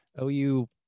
OU